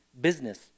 business